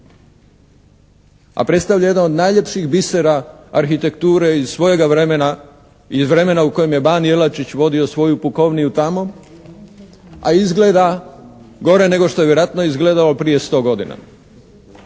a predstavlja jedan od najljepših bisera arhitekture iz svojega vremena i iz vremena u kojem je ban Jelačić vodio svoju pukovniju tamo a izgleda gore nego što je vjerojatno izgledalo prije sto godina.